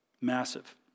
Massive